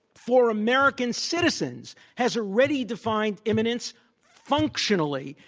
for american citizens, has already defined imminence functionally.